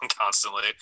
constantly